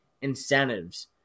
incentives